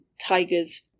tigers